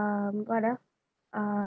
um what ah uh